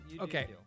okay